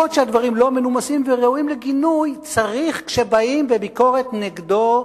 וראויים לגינוי, כשבאים בביקורת נגדו